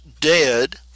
dead